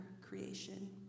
creation